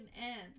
end